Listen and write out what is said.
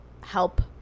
help